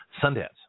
Sundance